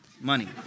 Money